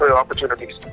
opportunities